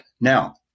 Now